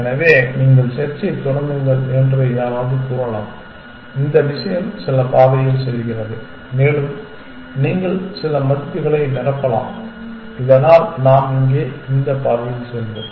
எனவே நீங்கள் செர்ச்சைத் தொடங்குங்கள் என்று யாராவது கூறலாம் இந்த விஷயம் சில பாதையில் செல்கிறது மேலும் நீங்கள் சில மதிப்புகளை நிரப்பலாம் இதனால் நாம் இங்கே இந்த பாதையில் செல்வோம்